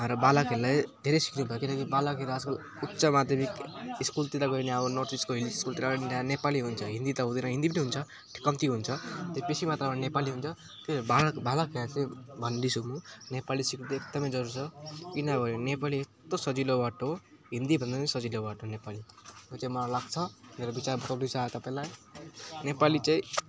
हाम्रो बालकहरूलाई धेरै सिक्नुपऱ्यो किनकि बालकहरू आजकल उच्च माध्यमिक स्कुलतिर गयो भने अब नर्थइस्टको हिल्सकोतिर नि जहाँ नेपाली हुन्छ हिन्दी त हुँदैन हिन्दी पनि हुन्छ त कम्ती हुन्छ तर बेसी मात्रामा नेपाली हुन्छ त्यही त बाल बालकहरू चाहिँ भन्दैछु नेपाली सिक्नु चाहिँ एकदमै जरुरी छ किनभने नेपाली यस्तो सजिलो वर्ड हो हिन्दीभन्दा नि सजिलो वर्ड हो नेपाली त्यो चाहिँ मलाई लाग्छ मेरो विचारमा तपाईँलाई नेपाली चैँ